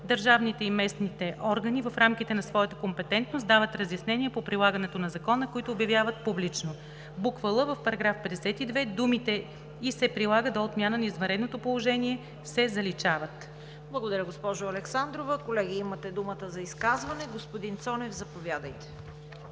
Държавните и местните органи в рамките на своята компетентност дават разяснения по прилагането на закона, които обявяват публично.“; л) в § 52 думите „и се прилага до отмяна на извънредното положение“ се заличават.“ ПРЕДСЕДАТЕЛ ЦВЕТА КАРАЯНЧЕВА: Благодаря, госпожо Александрова. Колеги, имате думата за изказване. Господин Цонев, заповядайте.